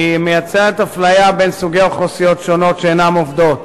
היא מייצרת אפליה בין אוכלוסיות שונות שאינן עובדות,